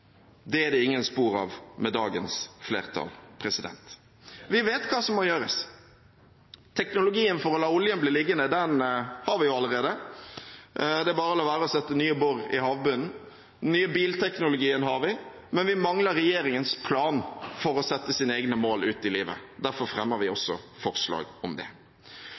Det er det ingen spor av med dagens flertall. Vi vet hva som må gjøres. Teknologien for å la oljen bli liggende har vi allerede, det er bare å la være å sette nye bor i havbunnen. Den nye bilteknologien har vi, men vi mangler regjeringens plan for å sette sine egne mål ut i livet, derfor fremmer vi også forslag om det.